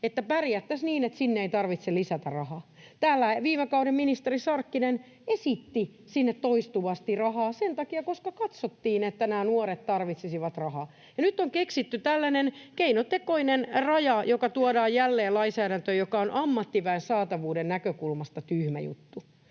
että pärjättäisiin niin, että sinne ei tarvitse lisätä rahaa. Täällä viime kauden ministeri Sarkkinen esitti sinne toistuvasti rahaa sen takia, että katsottiin, että nämä nuoret tarvitsisivat rahaa, ja nyt on keksitty tällainen keinotekoinen raja, joka tuodaan jälleen lainsäädäntöön, joka on ammattiväen saatavuuden näkökulmasta tyhmä juttu.